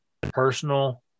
personal